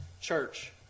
church